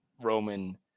Roman